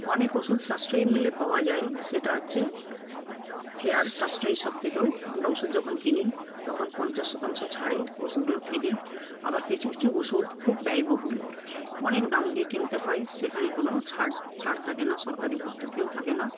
অনেক ওষুধ সাশ্রয়ী মূল্যে পাওয়া যাই সেটা হচ্ছে ফেয়ার সাশ্রয়ী শপ থেকেও আমরা ওষুধ যখন কিনি তখন পঞ্চাশ শতাংশ ছাড়ে ওষুধগুলো কিনি আবার কিছু কিছু ওষুধ খুব ব্যয়বহুল অনেক দাম দিয়ে কিনতে হয় সেখানে কোনও ছাড় ছাড় থাকে না সরকারি ভর্তুকিও থাকে না